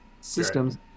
systems